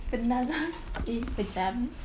bananas in pyjamas